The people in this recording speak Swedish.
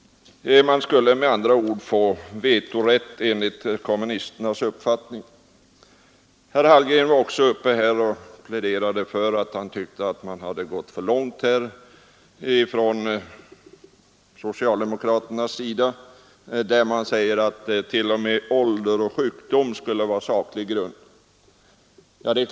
Man skulle med andra ord enligt kommunisternas uppfattning få vetorätt. Herr Hallgren pläderade för att socialdemokraterna enligt hans mening hade gått för långt, eftersom t.o.m. ålder och sjukdom skulle vara ”saklig grund”.